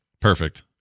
Perfect